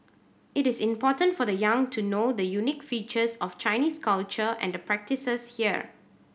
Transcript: it is important for the young to know the unique features of Chinese culture and the practices here